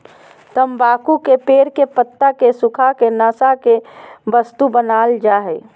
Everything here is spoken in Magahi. तम्बाकू के पेड़ के पत्ता के सुखा के नशा करे के वस्तु बनाल जा हइ